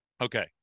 Okay